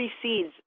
precedes